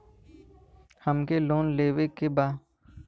हमके लोन लेवे के बा?